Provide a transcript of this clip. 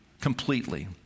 completely